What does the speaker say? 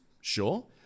sure